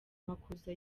makuza